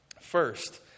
First